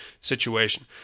situation